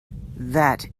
that